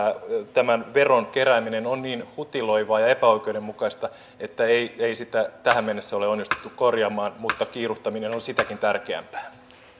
tämän veron kerääminen on niin hutiloivaa ja epäoikeudenmukaista että ei ei sitä tähän mennessä ole onnistuttu korjaamaan mutta kiiruhtaminen on on sitäkin tärkeämpää